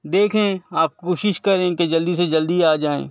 دیکھیں آپ کوشش کریں کہ جلدی سے جلدی آجائیں